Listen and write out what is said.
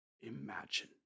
Imagine